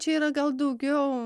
čia yra gal daugiau